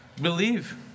believe